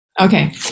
Okay